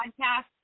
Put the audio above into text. podcast